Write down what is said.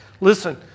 Listen